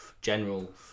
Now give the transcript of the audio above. general